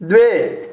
द्वे